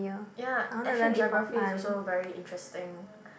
ya actually Geography is also very interesting